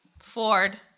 ford